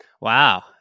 Wow